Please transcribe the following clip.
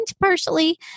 partially